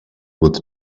with